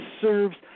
serves